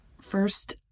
First